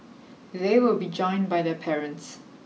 they will be joined by their parents